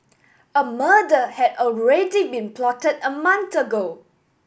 a murder had already been plotted a month ago